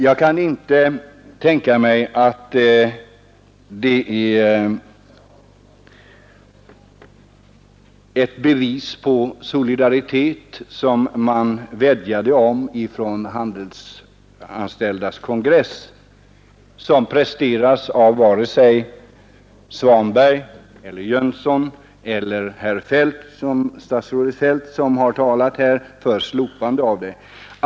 Jag kan inte tänka mig att det är ett bevis på den solidaritet, som man från de handelsanställdas kongress vädjade om, som presteras av herr Svanberg, herr Jönsson eller statsrådet Feldt när de här talat för slopande av affärstidslagen.